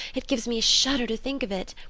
it gives me a shudder to think of it.